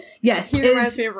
yes